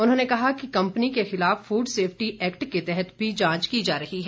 उन्होंने कहा कि कंपनी के खिलाफ फूड सेफ्टी एक्ट के तहत भी जांच की जा रही है